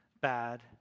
bad